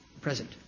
present